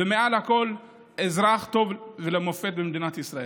ומעל הכול אזרח טוב ולמופת במדינת ישראל.